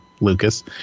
lucas